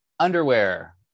Underwear